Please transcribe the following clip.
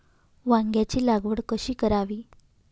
वांग्यांची लागवड कशी करावी?